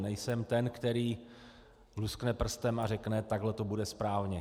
Nejsem ten, který luskne prstem a řekne: takhle to bude správně.